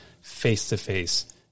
face-to-face